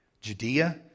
Judea